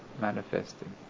manifesting